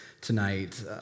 tonight